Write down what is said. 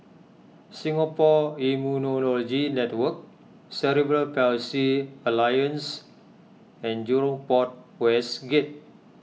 Singapore Immunology Network Cerebral Palsy Alliance and Jurong Port West Gate